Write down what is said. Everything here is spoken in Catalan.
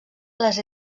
les